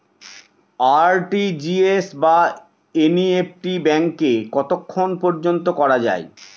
RTGS বা NEFT ব্যাংকে কতক্ষণ পর্যন্ত করা যায়?